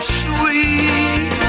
sweet